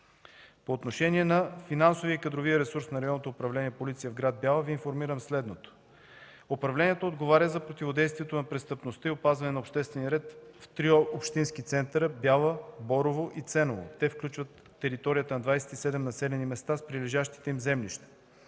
По отношение на финансовия и кадровия ресурс на Районното управление „Полиция” в град Бяла Ви информирам следното. Управлението отговаря за противодействието на престъпността и опазването на обществения ред в три общински центъра – Бяла, Борово и Ценово. Те включват територията на 27 населени места, с прилежащите им землища.